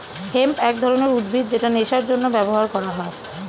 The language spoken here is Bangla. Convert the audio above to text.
হেম্প এক ধরনের উদ্ভিদ যেটা নেশার জন্য ব্যবহার করা হয়